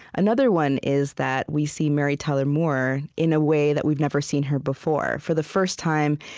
another one is that we see mary tyler moore in a way that we'd never seen her before for the first time,